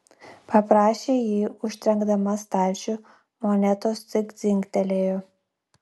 paprašė ji užtrenkdama stalčių monetos tik dzingtelėjo